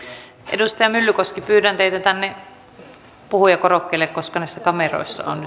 edustaja myllykoski pyydän teitä tänne puhujakorokkeelle koska näissä kameroissa on